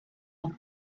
nhw